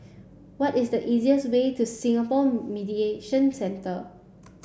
what is the easiest way to Singapore Mediation Centre